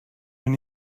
when